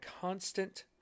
constant